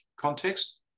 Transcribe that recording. context